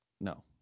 No